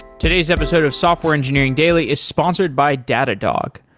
today's episode of software engineering daily is sponsored by datadog.